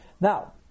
Now